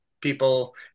people